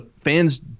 fans